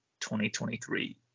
2023